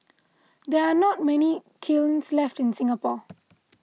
there are not many kilns left in Singapore